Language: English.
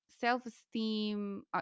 self-esteem